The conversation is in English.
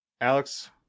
Alex